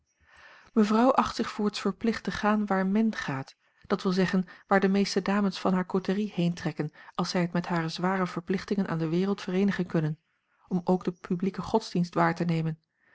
acht zich voorts verplicht te gaan waar men gaat dat wil zeggen waar de meeste dames van hare côterie heentrekken als zij het met hare zware verplichtingen aan de wereld vereenigen kunnen om ook den publieken godsdienst waar te nemen